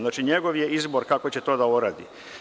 Znači, njegov je izbor kako će to da uradi.